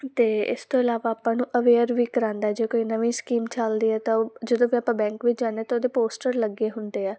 ਅਤੇ ਇਸ ਤੋਂ ਇਲਾਵਾ ਆਪਾਂ ਨੂੰ ਅਵੇਅਰ ਵੀ ਕਰਵਾਂਦਾ ਜੇ ਕੋਈ ਨਵੀਂ ਸਕੀਮ ਚੱਲਦੀ ਆ ਤਾਂ ਜਦੋਂ ਵੀ ਆਪਾਂ ਬੈਂਕ ਵਿੱਚ ਜਾਂਦੇ ਤਾਂ ਉਹਦੇ ਪੋਸਟਰ ਲੱਗੇ ਹੁੰਦੇ ਆ